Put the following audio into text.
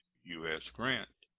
u s. grant.